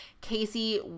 Casey